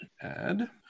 Add